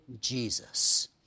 Jesus